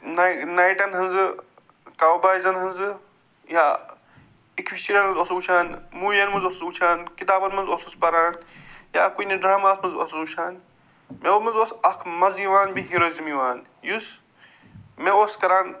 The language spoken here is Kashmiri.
نَے نیٹن ہٕنٛزٕ کَو بایزَن ہٕنٛزٕ یا اوسُس وٕچھان موٗوِین منٛز اوسُس وٕچھان کِتابن منٛز اوسُس پران یا کُنہِ ڈرٛاماہس منٛز اوسُس وٕچھان مےٚ ووٚنمَس دوٚپمَس اکھ مَزٕ یِوان بیٚیہِ یِوان یُس مےٚ اوس کَران